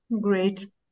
Great